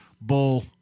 Bull